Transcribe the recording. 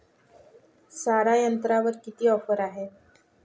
सारा यंत्रावर किती ऑफर आहे?